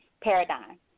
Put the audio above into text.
Paradigm